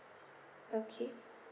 okay